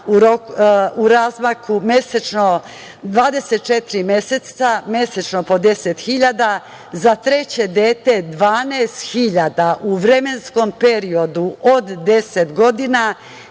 za 24 meseca, mesečno, za treće dete 12.000 u vremenskom periodu od 10 godina,